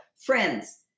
Friends